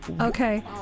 Okay